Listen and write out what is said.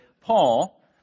Paul